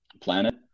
planet